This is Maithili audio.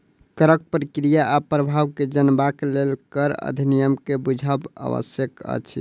करक प्रक्रिया आ प्रभाव के जनबाक लेल कर अधिनियम के बुझब आवश्यक अछि